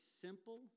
simple